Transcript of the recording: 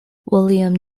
william